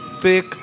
thick